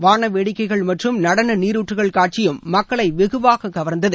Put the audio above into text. வானவேடிக்கைகள் மற்றும் நடன நீருற்றுகள் காட்சியும் மக்களை வெகுவாக கவர்ந்தது